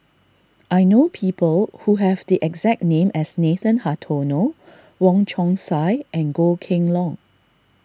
I know people who have the exact name as Nathan Hartono Wong Chong Sai and Goh Kheng Long